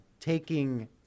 Taking